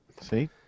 see